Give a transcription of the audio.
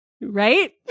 Right